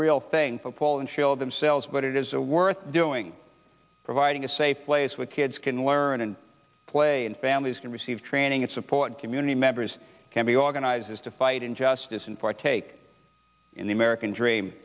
real thing for paul and show themselves but it is a worth doing providing a safe place where kids can learn and play and families can receive training and support community members can be organizers to fight injustice and partake in the american dream